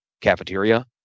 cafeteria